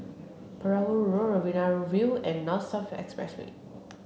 Perahu Road Riverina View and North South Expressway